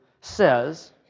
says